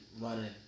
running